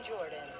Jordan